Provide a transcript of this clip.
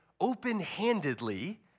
open-handedly